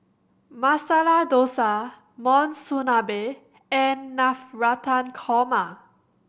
Masala Dosa Monsunabe and Navratan Korma